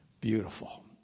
beautiful